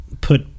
put